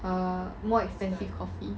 err more expensive coffee